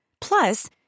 Plus